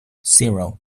zero